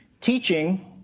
teaching